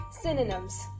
synonyms